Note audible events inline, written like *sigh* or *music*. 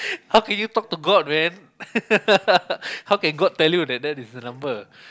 how can you talk to god man *laughs* how can god tell you that that is the number